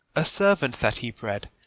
a servant that he bred,